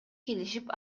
келишип